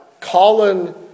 Colin